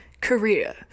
career